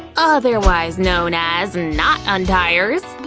otherwise known as knot un-tiers?